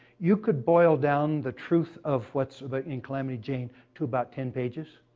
you could boil down the truth of what's in calamity jane to about ten pages.